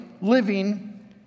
living